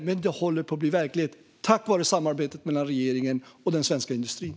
Men det håller på att bli verklighet tack vare samarbetet mellan regeringen och den svenska industrin.